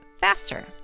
faster